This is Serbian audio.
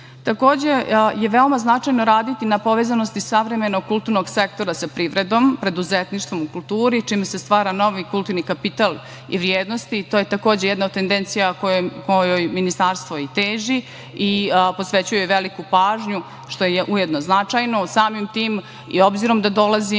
veoma je značajno raditi na povezanosti savremenog kulturnog sektora sa privredom, preduzetništvom u kulturi, čime se stvara novi kulturni kapital i vrednosti. To je, takođe, jedna od tendencija kojoj Ministarstvo i teži i posvećuje veliku pažnju, što je ujedno značajno. Samim tim, i obzirom da dolazim